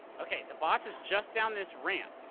okay, the boss is just down this ramp.